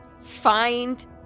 find